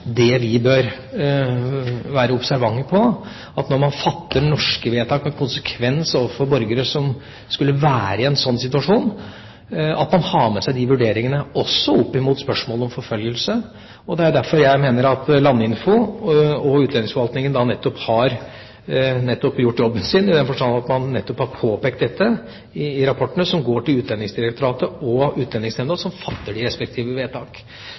i en slik situasjon, har man med seg de vurderingene også opp mot spørsmålet om forfølgelse. Det er derfor jeg mener at Landinfo og utlendingsforvaltningen nettopp har gjort jobben sin, i den forstand at man har påpekt dette i rapportene som går til Utlendingsdirektoratet og Utlendingsnemnda, som fatter de respektive vedtak.